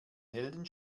helden